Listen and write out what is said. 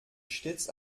stets